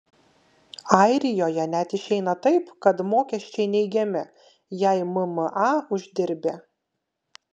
airijoje net išeina taip kad mokesčiai neigiami jei mma uždirbi